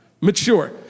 Mature